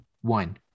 one